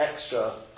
extra